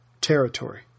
territory